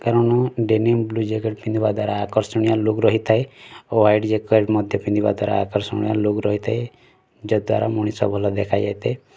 କାରଣ denim blue jacket ପିନ୍ଧିବା ଦ୍ୱାରା ଆକର୍ଷଣୀୟ ଲୁକ୍ ରହିଥାଏ ଓ ହ୍ୱାଇଟ୍ ଜ୍ୟାକେଟ୍ ମଧ୍ୟ ପିନ୍ଧିବା ଦ୍ୱାରା ଆକର୍ଷଣୀୟ ଲୁକ୍ ରହିଥାଏ ଯଦ୍ୱାରା ମଣିଷ ଭଲ ଦେଖାଯାଇ ଥାଏ